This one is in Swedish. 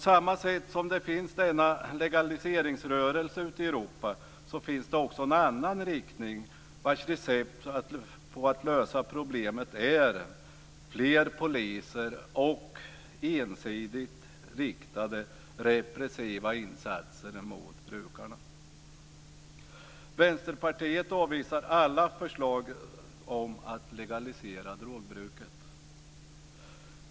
Liksom det ute i Europa finns en legaliseringsrörelse finns det här en inriktning på att lösa problemet med fler poliser och ensidigt riktade repressiva insatser mot brukarna. Vänsterpartiet avvisar alla förslag om att legalisera drogbruket.